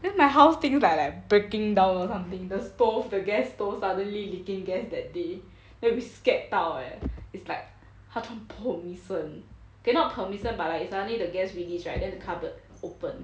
then my house things like like breaking down or something the stove the gas stove suddenly leaking gas that day then we scared 到 eh is like 它 ch~ pong 一声 okay not pong 一声 but suddenly the gas release then the cupboard open